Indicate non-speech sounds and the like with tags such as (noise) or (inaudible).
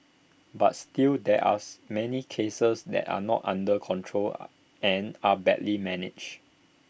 but still there us many cases that are not under control (hesitation) and are badly managed